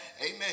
amen